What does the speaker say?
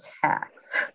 tax